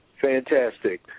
Fantastic